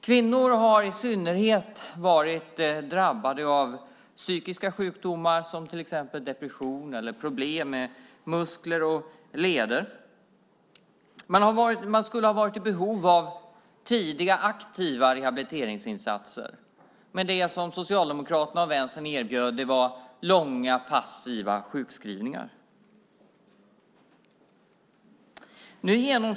Kvinnor har i synnerhet varit drabbade av psykiska sjukdomar som depression eller av problem med muskler och leder. De skulle ha varit i behov av tidiga aktiva rehabiliteringsinsatser. Men det som Socialdemokraterna och Vänstern erbjöd var långa passiva sjukskrivningar.